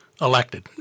Elected